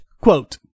Quote